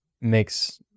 makes